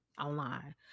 online